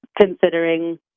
considering